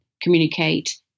communicate